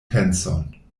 penson